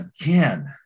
again